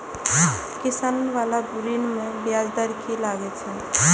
किसान बाला ऋण में ब्याज दर कि लागै छै?